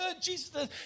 Jesus